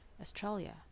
Australia